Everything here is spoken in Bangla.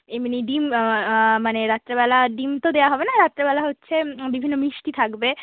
এমনি ডিম মানে রাত্রিবেলা ডিম তো দেওয়া হবে না রাত্রিবেলা হচ্ছে বিভিন্ন মিষ্টি থাকবে